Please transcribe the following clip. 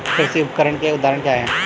कृषि उपकरण के उदाहरण क्या हैं?